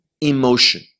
emotion